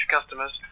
customers